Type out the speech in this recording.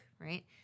right